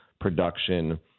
production